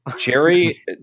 Jerry